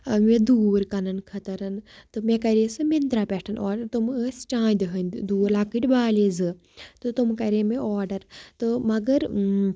مےٚ دوٗر کَنَن خٲطر تہٕ مےٚ کَرے سُہ مِنترٛا پٮ۪ٹھ آڈَر تِم ٲسۍ چاندِ ہٕنٛدۍ دوٗر لَکٕٹۍ بالی زٕ تہٕ تِم کَرے مےٚ آڈَر تہٕ مگر